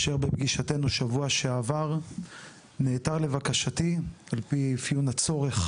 אשר בפגישתנו בשבוע שעבר נעתר לבקשתי על פי אפיון הצורך